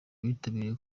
bitabiriye